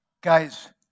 Guys